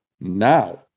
Now